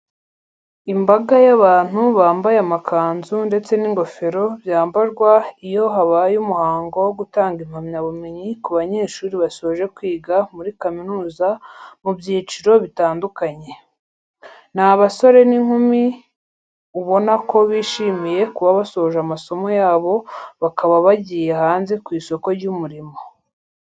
Imbaga y'abantu bambaye amakanzu ndetse n'ingofero byambarwa iyo habaye umuhango wo gutanga impamyabumenyi ku banyeshuri basoje kwiga muri kaminuza mu byiciro butandkanye. Ni abasore n'inkumi, ubona ko bishimiye kuba basoje amasomo yabo bakaba bagiye hanze ku isoko ry'umurimo.